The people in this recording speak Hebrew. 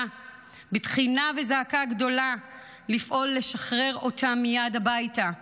בתחינה ובזעקה גדולה לפעול לשחרר אותם מייד הביתה.